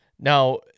Now